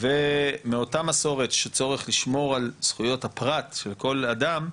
ומאותה מסורת של צורך לשמור על זכויות הפרט וכל אדם,